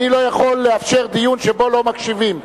אני לא יכול לאפשר דיון שבו לא מקשיבים.